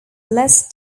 less